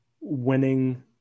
winning